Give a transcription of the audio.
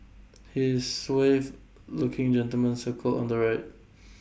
he is suave looking gentleman circled on the right